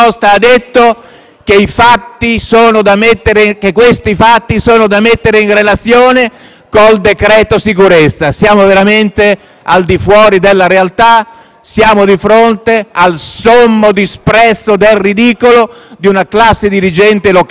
al di fuori della realtà. Siamo di fronte al sommo disprezzo del ridicolo di una classe dirigente locale che non ha capito il fenomeno cui siamo purtroppo costretti ad assistere da troppi anni e che non mette in sicurezza la città.